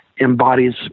embodies